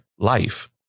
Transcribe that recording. Life